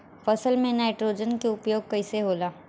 फसल में नाइट्रोजन के उपयोग कइसे होला?